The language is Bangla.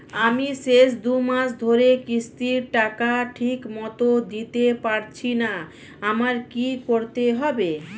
আমি শেষ দুমাস ধরে কিস্তির টাকা ঠিকমতো দিতে পারছিনা আমার কি করতে হবে?